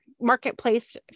marketplace